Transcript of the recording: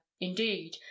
indeed